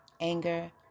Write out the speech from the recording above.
anger